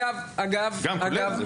גם, כולל.